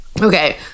Okay